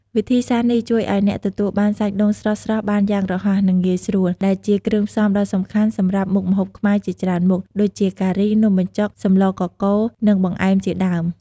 វិធីសាស្រ្តនេះជួយឱ្យអ្នកទទួលបានសាច់ដូងស្រស់ៗបានយ៉ាងរហ័ស និងងាយស្រួល ដែលជាគ្រឿងផ្សំដ៏សំខាន់សម្រាប់មុខម្ហូបខ្មែរជាច្រើនមុខ ដូចជាការី នំបញ្ចុក សម្លកកូរ និងបង្អែមជាដើម។